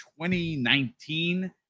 2019